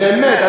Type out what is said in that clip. באמת,